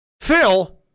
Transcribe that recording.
Phil